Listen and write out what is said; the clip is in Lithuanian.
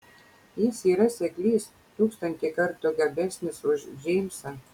jis yra seklys tūkstantį kartų gabesnis už džeimsą